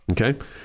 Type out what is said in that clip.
okay